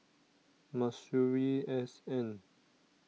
Masuri S N